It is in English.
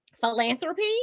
philanthropy